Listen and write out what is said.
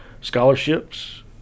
scholarships